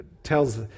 tells